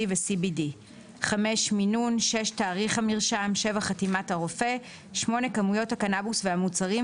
ו-;CBD מינון; תאריך המרשם; חתימת הרופא; כמויות הקנבוס והמוצרים,